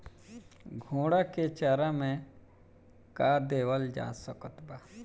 घोड़ा के चारा मे का देवल जा सकत बा?